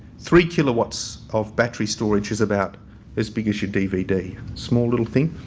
three kilowatts of battery storage was about as big as your dvd, small little thing.